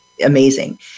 amazing